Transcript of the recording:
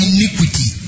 Iniquity